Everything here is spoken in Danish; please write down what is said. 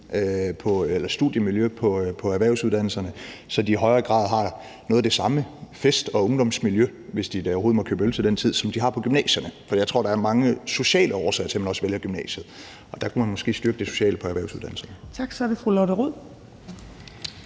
studiemiljø på erhvervsuddannelserne, så de i højere grad har noget af det samme fest- og ungdomsmiljø – hvis de da overhovedet må købe øl til den tid – som de har på gymnasierne. For jeg tror, der også er mange sociale årsager til, at man vælger gymnasiet. Der kunne man måske styrke det sociale på erhvervsuddannelserne. Kl. 11:40 Tredje